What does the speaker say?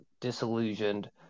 disillusioned